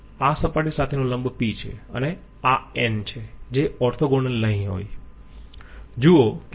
આ સપાટી સાથેનો લંબ p છે અને આ n છે જે ઓર્થોગોનલ નહીં હોય